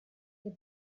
the